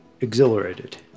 exhilarated